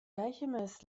alchemist